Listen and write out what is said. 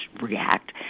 react